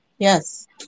Yes